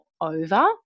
over